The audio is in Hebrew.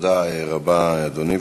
תודה רבה, אדוני.